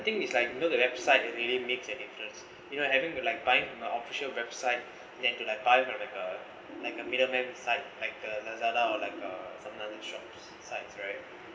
I think it's like you know the website it really makes a difference you know having to like buying the official website then to like buy from like a like a middleman site like the lazada or like uh something other shops sites right